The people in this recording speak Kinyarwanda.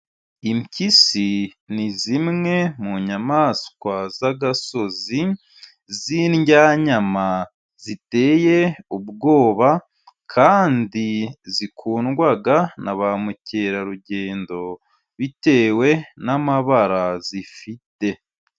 Impyisi ni zimwe mu nyamaswa z'agasozi, z'indyayanyama ziteye ubwoba, kandi zikundwa na ba mukerarugendo, bitewe n'amabara zifite.